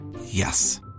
Yes